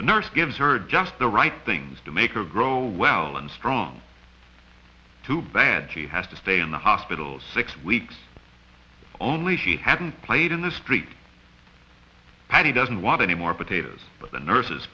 the nurse gives her just the right things to make her grow well and strong too bad she has to stay in the hospital six weeks only she hadn't played in the street patty doesn't want any more potatoes but the nurses